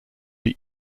die